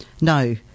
No